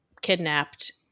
kidnapped